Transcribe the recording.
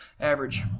average